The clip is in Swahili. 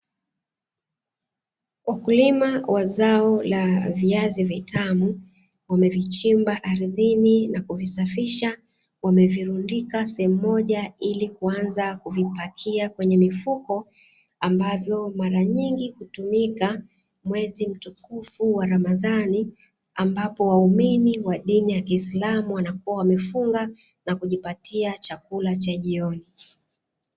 Wakulima wa zao la viazi vitamu wamevichimba ardhini na kuvisafisha, wamevirundika sehemu moja ili kuanza kuvipakia kwenye mifuko, ambavyo mara nyingi hutumika mwezi mtukufu wa ramadhani ambapo waumini wa dini kiislamu wanakuwa wamefunga na kujipatia chakula cha jioni.